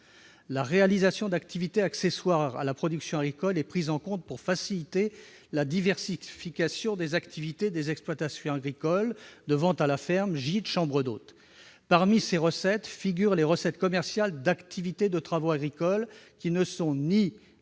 La réalisation d'activités accessoires à la production agricole est prise en compte pour faciliter la diversification des activités des exploitations agricoles : vente à la ferme, gîtes, chambres d'hôtes. Parmi ces recettes, figurent les recettes commerciales issues d'activités de travaux agricoles qui ne relèvent ni de l'entraide,